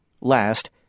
Last